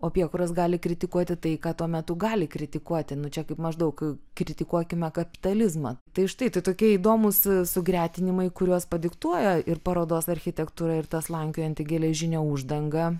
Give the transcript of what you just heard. apie kuriuos gali kritikuoti tai ką tuo metu gali kritikuoti nu čia kaip maždaug kritikuokime kapitalizmą tai štai tai tokie įdomūs sugretinimai kuriuos padiktuoja ir parodos architektūra ir ta slankiojanti geležinė uždanga